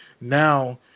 now